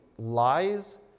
lies